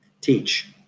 Teach